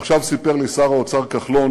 עכשיו סיפר לי שר האוצר כחלון,